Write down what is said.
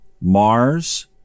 Mars